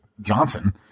Johnson